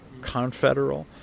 confederal